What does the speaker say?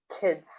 kids